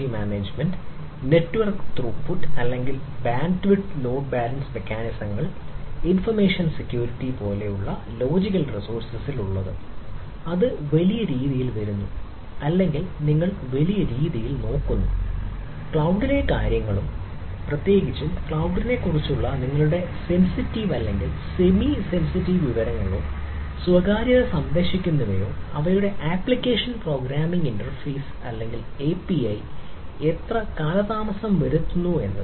മറ്റ് logical resources വിവരങ്ങളോ സ്വകാര്യത സംരക്ഷിക്കുന്നവയോ അവയുടെ ആപ്ലിക്കേഷൻ പ്രോഗ്രാമിംഗ് ഇന്റർഫേസ് അല്ലെങ്കിൽ API എത്ര കാലതാമസം വരുത്തുന്നു എന്നതും